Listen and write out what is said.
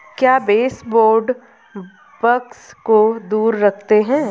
क्या baseboard bugs को दूर रखते हैं?